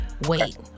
Wait